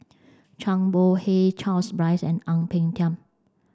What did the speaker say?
Chang Bohe Charles Dyce and Ang Peng Tiam